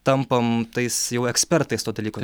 tampam tais jau ekspertais to dalyko